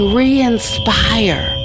re-inspire